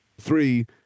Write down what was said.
three